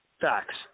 facts